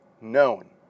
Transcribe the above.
known